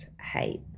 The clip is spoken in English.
hate